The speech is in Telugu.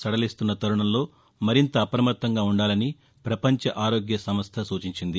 సడలిస్తున్న తరుణంలో మరింత అప్రమత్తంగా ఉండాలని ప్రపంచ ఆరోగ్య సంస్థ సూచించింది